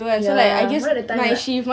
ya mana ada time nak